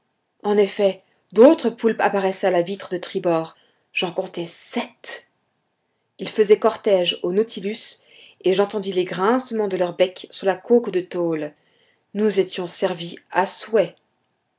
en effet d'autres poulpes apparaissaient a la vitre de tribord j'en comptai sept ils faisaient cortège au nautilus et j'entendis les grincements de leur bec sur la coque de tôle nous étions servis à souhait